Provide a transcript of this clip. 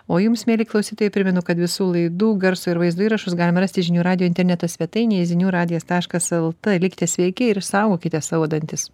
o jums mieli klausytojai primenu kad visų laidų garso ir vaizdo įrašus galima rasti žinių radijo interneto svetainėje ziniu radijas taškas lt likite sveiki ir saugokite savo dantis